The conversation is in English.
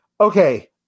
Okay